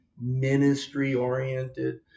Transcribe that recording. ministry-oriented